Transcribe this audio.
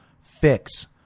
fix